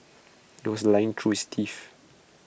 he was lying through his teeth